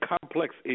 complex